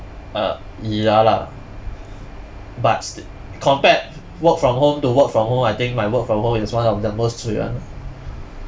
uh ya lah but st~ compared work from home to work from home I think my work from home is one of the most cui one